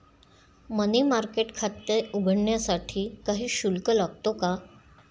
मनी market खाते उघडण्यासाठी काही शुल्क लागतो का?